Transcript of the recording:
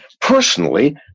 personally